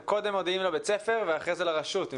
שאתם קודם מודיעים לבית הספר ואחרי זה לרשות.